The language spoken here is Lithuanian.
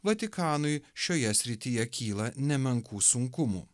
vatikanui šioje srityje kyla nemenkų sunkumų